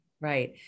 Right